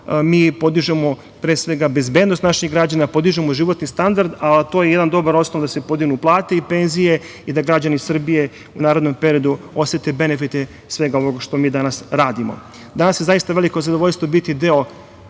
mi podižemo pre svega bezbednost naših građana, podižemo životni standard, a to je jedan dobar osnov da se podignu plate i penzije i da građani Srbije u narednom periodu osete benefite svega onoga što mi danas radimo. Danas je zaista veliko zadovoljstvo biti deo